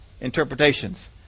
interpretations